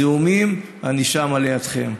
זיהומים, אני שם לידכם.